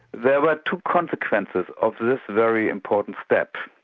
there were two consequences of this very important step.